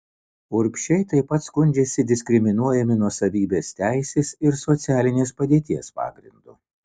urbšiai taip pat skundžiasi diskriminuojami nuosavybės teisės ir socialinės padėties pagrindu